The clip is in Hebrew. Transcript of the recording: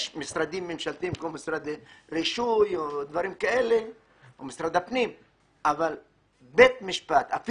יש משרדים ממשלתיים כמו משרד רישוי או משרד הפנים אבל בית משפט אין.